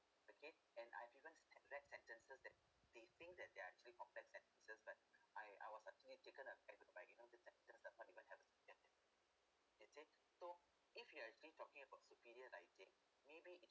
okay and I've even had read sentences that they think that they are actually complex sentences but I I was actually taken aback by you know these sentence because I can't even have a is it so if you are actually talking about superior writing maybe it